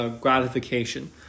gratification